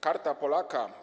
Karta Polaka.